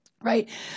Right